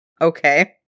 Okay